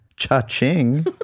Cha-ching